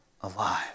alive